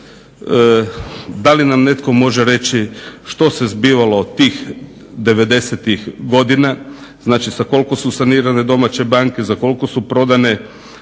Da li nam netko može reći što se zbivalo tih '90.-tih godina, znači sa koliko su sanirane domaće banke, za koliko su prodane,